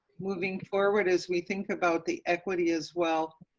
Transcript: moving forward, as we think about the equity as well.